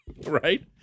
right